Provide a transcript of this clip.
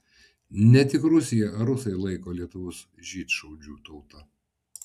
ne tik rusija ar rusai laiko lietuvius žydšaudžių tauta